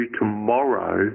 tomorrow